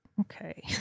Okay